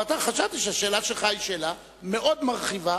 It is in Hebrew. אבל חשבתי שהשאלה שלך היא שאלה מאוד מרחיבה.